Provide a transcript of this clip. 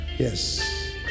Yes